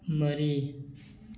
ꯃꯔꯤ